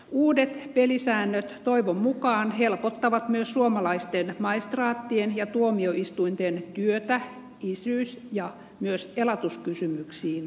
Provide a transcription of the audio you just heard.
uudet pelisäännöt toivon mukaan helpottavat myös suomalaisten maistraattien ja tuomioistuinten työtä isyys ja myös elatuskysymyksiin liittyen